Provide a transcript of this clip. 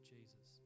Jesus